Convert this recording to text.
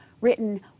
written